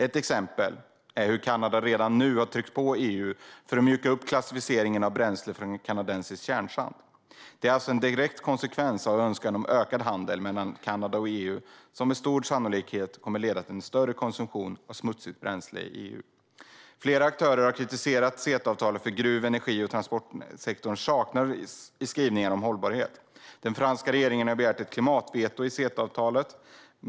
Ett exempel är hur Kanada redan nu har tryckt på EU för att mjuka upp klassificeringen av bränsle från kanadensisk tjärsand. Det är alltså en direkt konsekvens av en önskan om ökad handel mellan Kanada och EU, som med stor sannolikhet kommer att leda till större konsumtion av smutsigt bränsle i EU. Flera aktörer har kritiserat CETA-avtalet för att gruv-, energi och transportsektorerna saknar skrivningar om hållbarhet. Den franska regeringen har begärt ett klimatveto i CETA-avtalet.